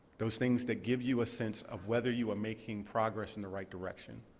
those things that give you a sense of whether you are making progress in the right direction.